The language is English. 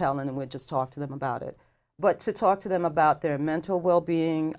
tell and we'll just talk to them about it but talk to them about their mental well being